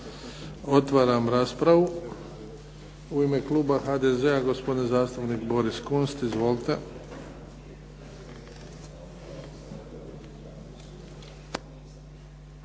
Otvaram raspravu. U ime kluba HDZ-a gospodin zastupnik Boris Kunst. Izvolite.